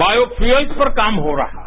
biofuel पर काम हो रहा है